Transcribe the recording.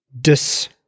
dis